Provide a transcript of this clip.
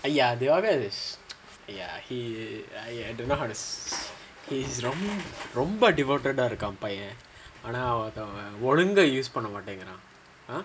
ஐய:iya they all he doesn't don't know how to he's ரொம்ப:romba devoted ah இருக்கான் பையன் ஆனா அவன் ஒழுங்கா:irukkaan paiyan aanaa avan ozhungaa use பண்ண மாட்டேங்குறான்:panna maattaenguraen